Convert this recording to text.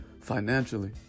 financially